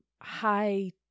high